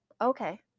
Okay